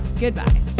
Goodbye